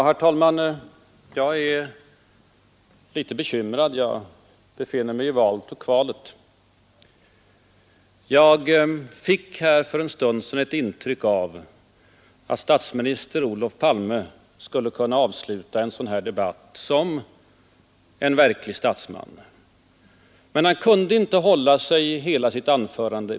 Herr talman! Jag är bekymrad. Jag befinner mig nämligen i valet och kvalet, hur jag skall handla. Jag fick för en stund sedan intryck av att statsminister Olof Palme skulle kunna avsluta en debatt som denna som en verklig statsman. Men han kunde inte upprätthålla det intrycket under hela sitt anförande.